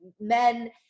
men